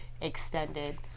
extended